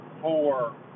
four